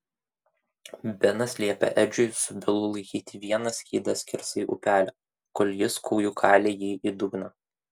benas liepė edžiui su bilu laikyti vieną skydą skersai upelio kol jis kūju kalė jį į dugną